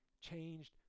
changed